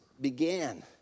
began